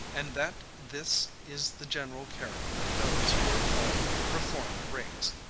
and, that this is the general character of those who are called reformed rakes,